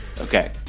Okay